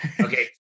Okay